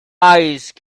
ice